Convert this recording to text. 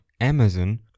Amazon